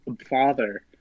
Father